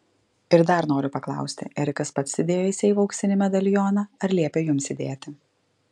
ir dar noriu paklausti erikas pats įdėjo į seifą auksinį medalioną ar liepė jums įdėti